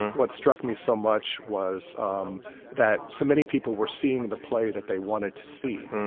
what struck me so much was um that so many people were seeing the play that they wanted to see,